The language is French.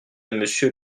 monsieur